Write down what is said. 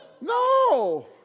No